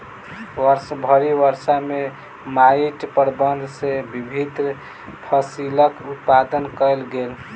वर्षभरि वर्ष में माइट प्रबंधन सॅ विभिन्न फसिलक उत्पादन कयल गेल